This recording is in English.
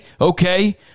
okay